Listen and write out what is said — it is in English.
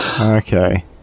Okay